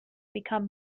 become